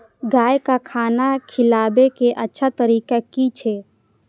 गाय का खाना खिलाबे के अच्छा तरीका की छे?